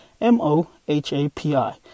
M-O-H-A-P-I